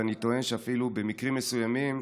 ואני טוען אפילו שבמקרים מסוימים,